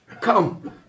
come